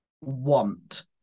want